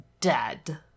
dead